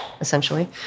essentially